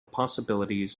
possibilities